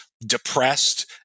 depressed